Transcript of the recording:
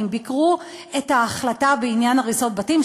ביקרו את ההחלטה בעניין הריסות בתים,